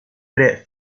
tre